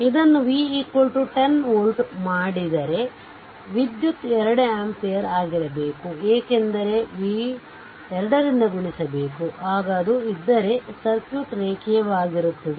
ಅದನ್ನು v 10 volt ಮಾಡಿದರೆ ವಿದ್ಯುತ್ 2 ಆಂಪಿಯರ್ ಆಗಿರಬೇಕು ಏಕೆಂದರೆ v 2 ರಿಂದ ಗುಣಿಸಬೇಕು ಆಗ ಅದು ಇದ್ದರೆ ಸರ್ಕ್ಯೂಟ್ ರೇಖೀಯವಾಗಿರುತ್ತದೆ